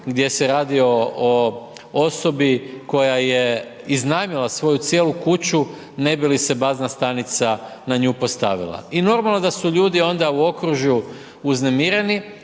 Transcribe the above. gdje se radi o osobi, koja je iznajmila svoju cijelu kuću ne bi li se bazna stanica na nju postavila. I normalno da su ljudi onda u okružju uznemireni